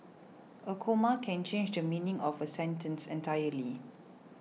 a comma can change the meaning of a sentence entirely